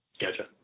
Gotcha